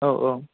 औ औ